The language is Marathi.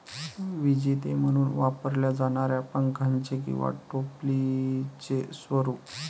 विजेते म्हणून वापरल्या जाणाऱ्या पंख्याचे किंवा टोपलीचे स्वरूप